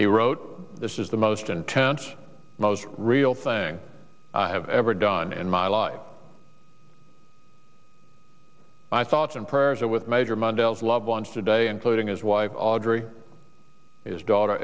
he wrote this is the most intense most real thing i have ever done in my life my thoughts and prayers are with major mondale's loved ones today including his wife audrey his daughter